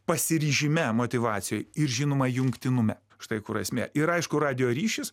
pasiryžime motyvacijoj ir žinoma jungtinume štai kur esmė ir aišku radijo ryšis